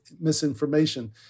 misinformation